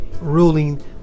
ruling